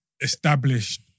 established